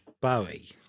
Bowie